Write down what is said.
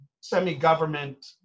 semi-government